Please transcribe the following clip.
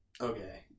okay